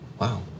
Wow